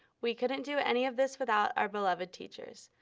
we couldn't do any of this without our beloved teachers.